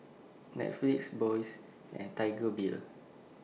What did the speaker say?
Netflix Bose and Tiger Beer